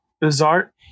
bizarre